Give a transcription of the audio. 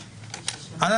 אנא,